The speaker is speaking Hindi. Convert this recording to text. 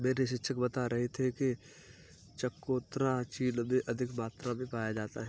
मेरे शिक्षक बता रहे थे कि चकोतरा चीन में अधिक मात्रा में पाया जाता है